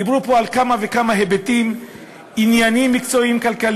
דיברו פה על כמה וכמה היבטים ועניינים מקצועיים-כלכליים.